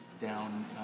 down